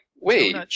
Wait